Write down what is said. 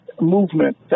movement